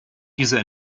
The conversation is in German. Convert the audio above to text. dieser